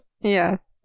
Yes